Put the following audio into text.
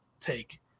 take